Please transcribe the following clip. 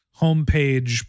homepage